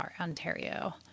Ontario